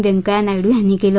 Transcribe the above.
व्यंकय्या नायडू यांनी केलं